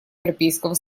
европейского